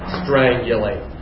strangulate